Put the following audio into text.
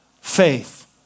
faith